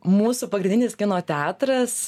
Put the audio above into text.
mūsų pagrindinis kino teatras